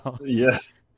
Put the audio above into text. Yes